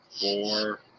four